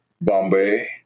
Bombay